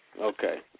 Okay